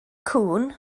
cŵn